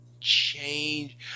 change